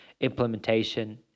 implementation